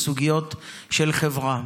בסוגיות של חברה.